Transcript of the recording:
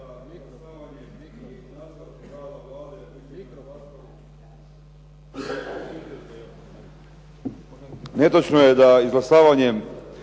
netočno je da izglasavanjem